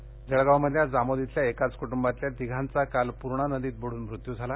selfie Jalgaon मधल्या जामोद इथल्या एकाच कुटुंबातल्या तिघांचा काल पूर्णा नदीत बुडून मृत्यू झाला